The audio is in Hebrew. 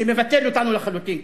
שמבטל אותנו לחלוטין כמעט.